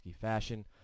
fashion